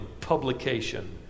publication